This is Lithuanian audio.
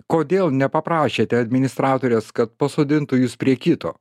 kodėl nepaprašėte administratorės kad pasodintų jus prie kito